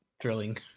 drilling